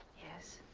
yes,